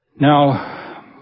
Now